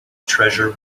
treasure